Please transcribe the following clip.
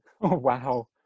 wow